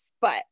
but-